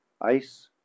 Ice